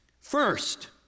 First